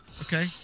Okay